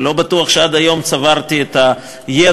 ולא בטוח שעד היום צברתי את הידע.